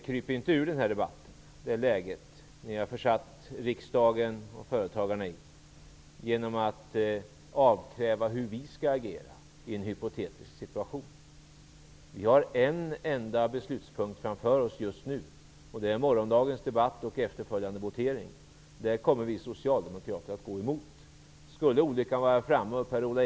Kryp inte heller ur debatten om den situation som ni har försatt riksdagen och företagarna i genom att avkräva besked om hur socialdemokraterna skulle agera i en hypotetisk situation. Vi har en enda beslutspunkt framför oss just nu, nämligen att efter morgondagens debatt ta ställning i den efterföljande voteringen. Vid det tillfället kommer vi socialdemokrater att rösta emot framlagt förslag.